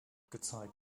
gezeigt